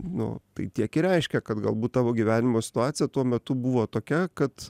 nu tai tiek ir reiškia kad galbūt tavo gyvenimo situacija tuo metu buvo tokia kad